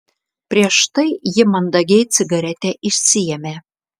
prieš tai ji mandagiai cigaretę išsiėmė